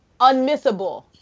Unmissable